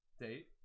date